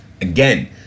Again